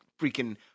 freaking